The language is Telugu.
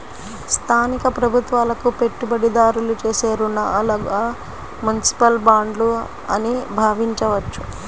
స్థానిక ప్రభుత్వాలకు పెట్టుబడిదారులు చేసే రుణాలుగా మునిసిపల్ బాండ్లు అని భావించవచ్చు